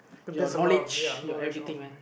your knowledge your everything man